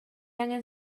angen